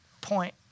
point